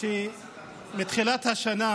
שמתחילת השנה,